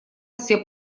все